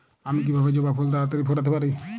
আমি কিভাবে জবা ফুল তাড়াতাড়ি ফোটাতে পারি?